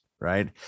right